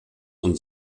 und